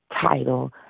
title